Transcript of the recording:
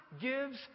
gives